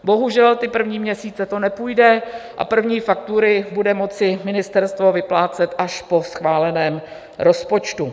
Bohužel ty první měsíce to nepůjde a první faktury bude moci ministerstvo vyplácet až po schváleném rozpočtu.